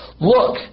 Look